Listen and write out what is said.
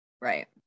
right